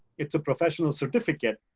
it's a professional certificate,